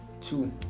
Two